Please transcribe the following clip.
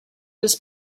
his